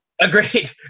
Agreed